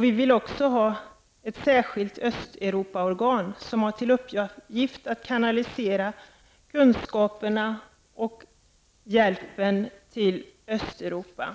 Vi vill också ha ett särskilt Östeuropaorgan, som har till uppgift att kanalisera kunskaperna och hjälpen till Östeuropa.